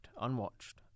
unwatched